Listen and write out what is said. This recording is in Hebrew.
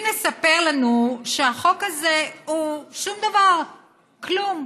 לסיום: החוק השערורייתי הזה הוא עוד לבנה שנשלפת מהחומה הלאומית